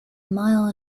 mile